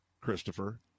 Christopher